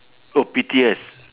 oh pettiest